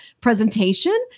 presentation